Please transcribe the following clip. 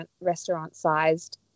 restaurant-sized